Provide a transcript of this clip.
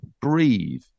breathe